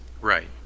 Right